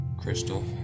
Crystal